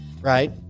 Right